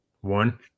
One